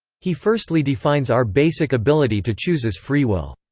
he firstly defines our basic ability to choose as free will.